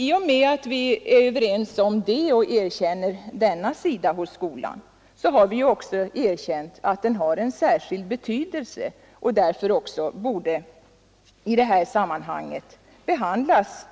I och med att vi är överens om det och erkänner denna sida av skolan har vi också erkänt att den har särskild betydelse och därför borde behandlas